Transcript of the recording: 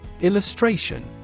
Illustration